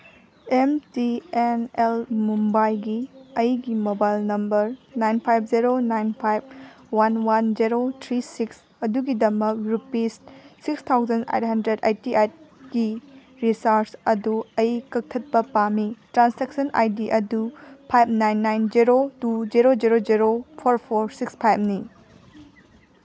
M T N L ꯃꯨꯝꯕꯥꯏꯒꯤ ꯑꯩꯒꯤ mobile number nine five zero nine five one one zero three six ꯑꯗꯨꯒꯤꯗꯃꯛ rupees six thousand eight hundred eighty ꯑꯥꯏꯠꯀꯤ recharge ꯑꯗꯨ ꯑꯩ ꯀꯛꯊꯠꯄ ꯄꯥꯝꯃꯤ ꯇ꯭ꯔꯥꯟꯁꯦꯛꯁꯟ ꯑꯥꯏ ꯗꯤ ꯑꯗꯨ five nine nine zero two zero zero zero four four six ꯐꯥꯏꯚꯅꯤ